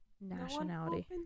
nationality